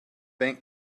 bank